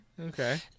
okay